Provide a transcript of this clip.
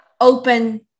open